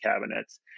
cabinets